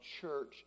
church